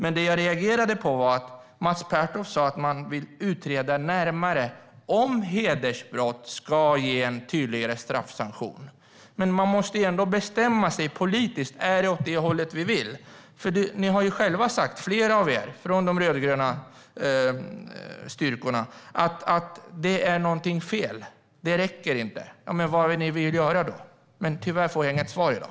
Det som jag reagerade på var att Mats Pertoft sa att man vill utreda närmare om det i fråga om hedersbrott ska ges en tydligare straffsanktion. Men man måste ändå bestämma sig politiskt. Är det åt detta håll vi vill? Flera av er från de rödgröna styrkorna har sagt att det är någonting som är fel och att det inte räcker. Men vad vill ni göra då? Tyvärr får jag inget svar i dag.